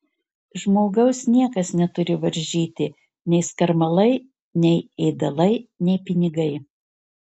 žmogaus niekas neturi varžyti nei skarmalai nei ėdalai nei pinigai